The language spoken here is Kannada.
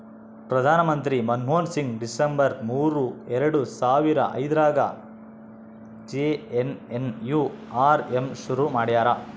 ಪ್ರಧಾನ ಮಂತ್ರಿ ಮನ್ಮೋಹನ್ ಸಿಂಗ್ ಡಿಸೆಂಬರ್ ಮೂರು ಎರಡು ಸಾವರ ಐದ್ರಗಾ ಜೆ.ಎನ್.ಎನ್.ಯು.ಆರ್.ಎಮ್ ಶುರು ಮಾಡ್ಯರ